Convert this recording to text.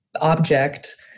object